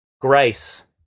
grace